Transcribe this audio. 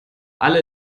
alle